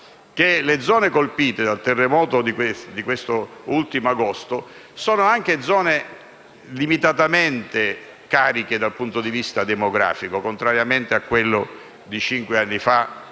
le zone colpite dal terremoto dell'agosto scorso sono anche zone limitatamente cariche dal punto di vista demografico (contrariamente a quello di cinque anni fa,